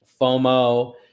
FOMO